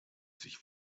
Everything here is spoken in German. sich